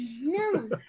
No